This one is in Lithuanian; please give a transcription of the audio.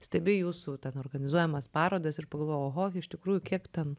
stebi jūsų organizuojamas parodas ir pagalvoji oho iš tikrųjų kiek ten